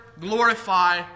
glorify